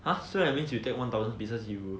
!huh! so means you get one thousand pieces you